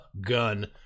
gun